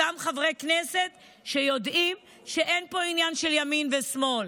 אותם חברי כנסת שיודעים שאין פה עניין של ימין ושמאל,